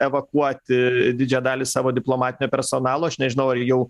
evakuoti didžiąją dalį savo diplomatinio personalo aš nežinau ar jau